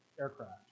aircraft